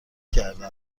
کرده